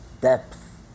depth